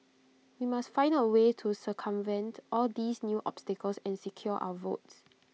we must find A way to circumvent all these new obstacles and secure our votes